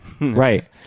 Right